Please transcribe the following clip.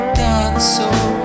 dinosaur